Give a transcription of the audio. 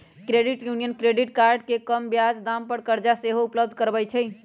credit union credit card आऽ कम ब्याज दाम पर करजा देहो उपलब्ध करबइ छइ